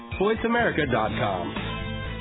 voiceamerica.com